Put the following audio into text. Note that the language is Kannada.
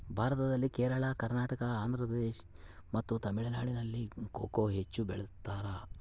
ಭಾರತದಲ್ಲಿ ಕೇರಳ, ಕರ್ನಾಟಕ, ಆಂಧ್ರಪ್ರದೇಶ್ ಮತ್ತು ತಮಿಳುನಾಡಿನಲ್ಲಿ ಕೊಕೊ ಹೆಚ್ಚು ಬೆಳಿತಾರ?